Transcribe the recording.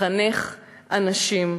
מחנך אנשים".